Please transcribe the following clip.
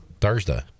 Thursday